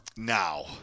Now